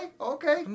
okay